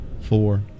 four